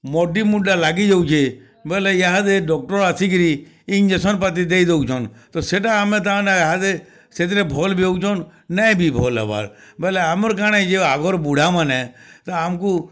ମୋଡ଼ି ମୁଣ୍ଡା ଲାଗିଯାଉଚେଁ ବୋଲେ ୟାହାଦେ ଡକ୍ଟର୍ ଆସିକିରି ଇଞ୍ଜେକ୍ସନ୍ ପାତି ଦେଇଦଉଛନ୍ ତ ସେଇଟା ଆମେ ତାହେନେ ସେଥିରେ ଭଲ୍ ବି ହଉଛନ୍ ନାଇଁ ବି ଭଲ୍ ହେବାର୍ ବେଲେ ଆମର୍ କାଣା ଆଗର୍ ବୁଢ଼ା ମାନେ୍ ତା ଆମ୍କୁ